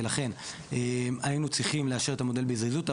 ולכן היינו צריכים לאשר את המודל בזריזות.